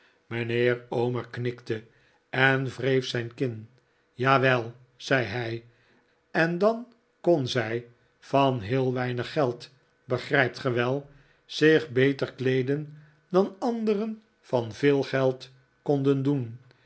mijnheer omer knikte en wreef zijn kin jawel zei hij en dan kon zij van heel weinig geld begrijpt ge wel zich beter kleeden dan anderen van veel geld konden doen